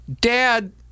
dad